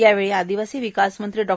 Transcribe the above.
यावेळी आदिवासी विकास मंत्री डॉ